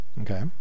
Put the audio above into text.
Okay